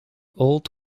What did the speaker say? old